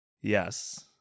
Yes